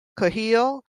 cahill